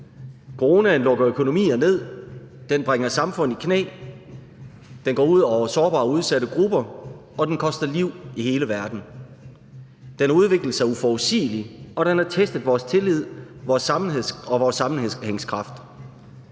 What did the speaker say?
Coronaen lukker økonomier ned, den bringer samfund i knæ, den går ud over sårbare og udsatte grupper, og den koster liv i hele verden. Den har udviklet sig uforudsigeligt, og den har testet vores tillid og vores sammenhængskraft.